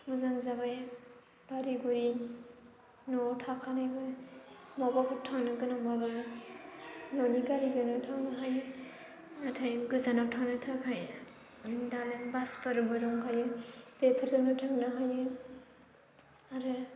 मोजां जाबाय गारि गुरि न'आव थाखानायबो बबावबाफोर थांनो गोनां जाबा न'नि गारिजोंनो थांनो हायो नाथाय गोजानाव थांनो थाखाय दालाय बासफोरबो दंखायो बेफोरजोंबो थांनो हायो आरो